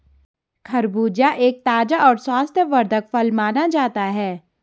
खरबूजा एक ताज़ा और स्वास्थ्यवर्धक फल माना जाता है